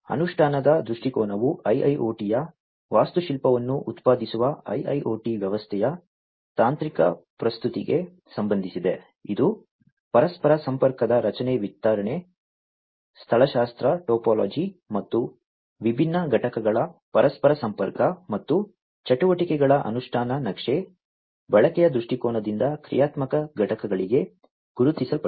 ಅನುಷ್ಠಾನದ ದೃಷ್ಟಿಕೋನವು IIoT ಯ ವಾಸ್ತುಶಿಲ್ಪವನ್ನು ಉತ್ಪಾದಿಸುವ IIoT ವ್ಯವಸ್ಥೆಯ ತಾಂತ್ರಿಕ ಪ್ರಸ್ತುತಿಗೆ ಸಂಬಂಧಿಸಿದೆ ಇದು ಪರಸ್ಪರ ಸಂಪರ್ಕದ ರಚನೆ ವಿತರಣೆ ಸ್ಥಳಶಾಸ್ತ್ರಟೊಪಾಲಜಿ ಮತ್ತು ವಿಭಿನ್ನ ಘಟಕಗಳ ಪರಸ್ಪರ ಸಂಪರ್ಕ ಮತ್ತು ಚಟುವಟಿಕೆಗಳ ಅನುಷ್ಠಾನ ನಕ್ಷೆ ಬಳಕೆಯ ದೃಷ್ಟಿಕೋನದಿಂದ ಕ್ರಿಯಾತ್ಮಕ ಘಟಕಗಳಿಗೆ ಗುರುತಿಸಲ್ಪಟ್ಟಿದೆ